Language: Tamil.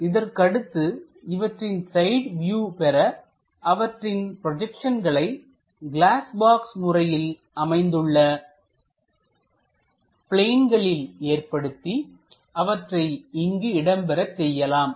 இதற்கடுத்து இவற்றின் சைட் வியூ பெற அவற்றின் ப்ரொஜெக்ஷன்களை கிளாஸ் பாக்ஸ் முறையில் அமைந்துள்ள பிளேன்களின் ஏற்படுத்தி அவற்றை இங்கு இடம்பெறச் செய்யலாம்